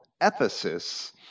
ephesus